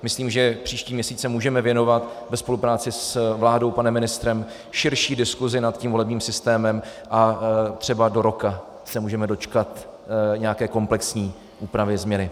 Myslím, že příští měsíc se můžeme věnovat ve spolupráci s vládou, s panem ministrem, širší diskusi nad tím volebním systémem a třeba do roka se můžeme dočkat nějaké komplexní úpravy, změny.